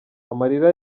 amarira